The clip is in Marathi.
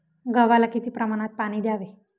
गव्हाला किती प्रमाणात पाणी द्यावे?